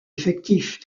effectif